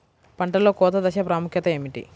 పంటలో కోత దశ ప్రాముఖ్యత ఏమిటి?